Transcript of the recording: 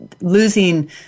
losing